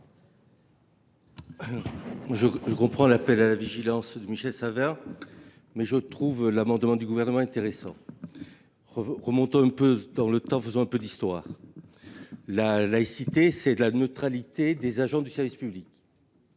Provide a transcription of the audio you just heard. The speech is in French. Je comprends l’appel à la vigilance de Michel Savin, mais je trouve l’amendement du Gouvernement intéressant. Remontons le temps pour faire un peu d’histoire. La laïcité, c’est d’abord la neutralité des agents du service public.